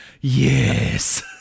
Yes